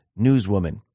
newswoman